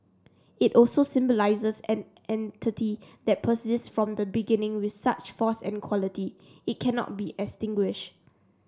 it also symbolises an entity that persists from the beginning with such force and quality it cannot be extinguished